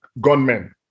gunmen